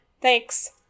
Thanks